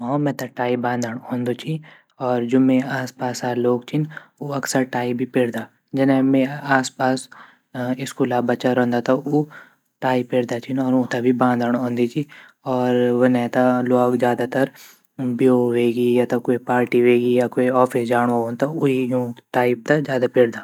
हों मेते टाई बादंड औन्दु ची अर जू मेरा आसपासा लोग छिन उ अक्सर टाई भी पर्दा जने मेरा आसपास स्कूला बच्चा रंदा ता उ टाई पेर्दा छिन अर उते भी बादंड औंदी ची अर वने ता ल्वोग ज़्यादा तर ब्यो वेगि या ता क्वे पार्टी वेगि या क्वे ऑफिस जाँडु रंदु ता उ ये टाई ते ज़्यादा पेर्दा।